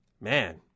Man